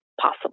possible